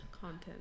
Content